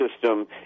system